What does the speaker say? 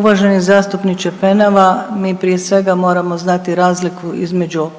Uvaženi zastupniče Penava, mi prije svega moramo znati razliku između